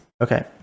Okay